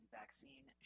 vaccine